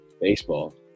baseball